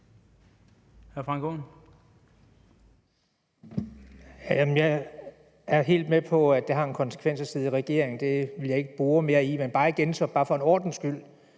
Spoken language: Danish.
Jeg er helt med på, at det har en konsekvens at sidde i regering. Det vil jeg ikke bore mere i, men jeg vil bare igen og for en ordens skyld